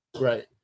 Right